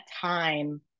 time